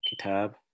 Kitab